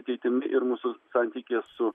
ateitimi ir mūsų santykyje su